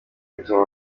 bituma